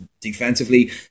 defensively